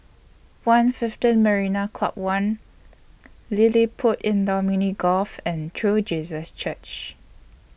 one fiveteen Marina Club one LilliPutt Indoor Mini Golf and True Jesus Church